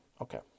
Okay